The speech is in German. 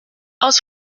aus